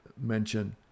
mention